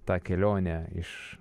tą kelionę iš